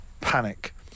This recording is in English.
Panic